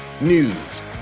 news